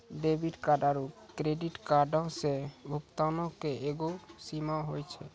debit card आरू credit कार्डो से भुगतानो के एगो सीमा होय छै